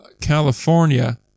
California